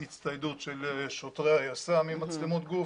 הצטיידות של שוטרי היס"מ במצלמות גוף,